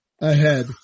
ahead